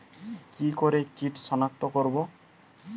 কি করে কিট শনাক্ত করব?